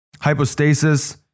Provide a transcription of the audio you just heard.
Hypostasis